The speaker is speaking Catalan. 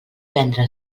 vendre